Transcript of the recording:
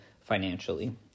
financially